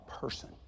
person